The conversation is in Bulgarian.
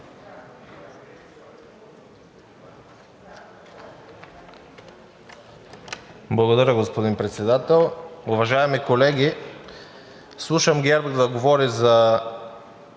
Благодаря, господин Председател. Уважаеми колеги, слушам ГЕРБ да говори за